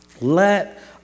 Let